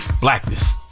blackness